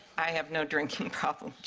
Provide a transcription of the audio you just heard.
i have no drinking problem,